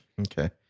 Okay